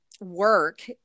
work